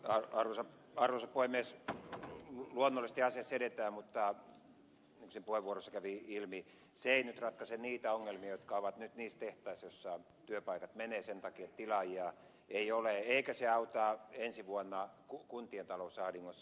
luonnollisesti asiassa edetään mutta niin kuin siitä puheenvuorosta kävi ilmi se ei nyt ratkaise niitä ongelmia jotka ovat nyt niissä tehtaissa joissa työpaikat menevät sen takia että tilaajia ei ole eikä se auta ensi vuonna kuntienkaan talousahdingossa